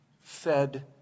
fed